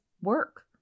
work